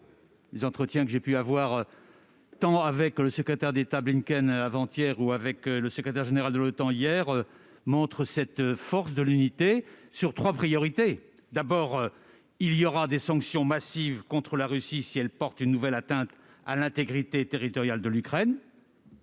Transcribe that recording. Les entretiens que j'ai eus, avec le secrétaire d'État Blinken avant-hier, avec le secrétaire général de l'OTAN hier, montrent la force de cette unité autour de trois priorités. D'abord, des sanctions massives seront imposées à la Russie si elle porte une nouvelle atteinte à l'intégrité territoriale de l'Ukraine.